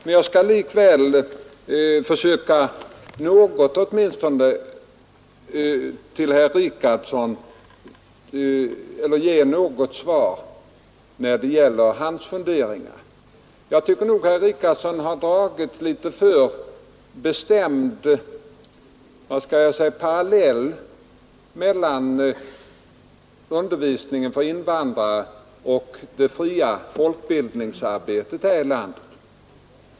Men jag skall likväl försöka att något svara på herr Richardsons funderingar. Jag tycker nog att herr Richardson har dragit litet för strikta paralleller mellan undervisningen för invandrare och det fria folkbildningsarbetet i landet.